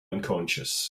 unconscious